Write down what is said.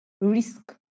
risk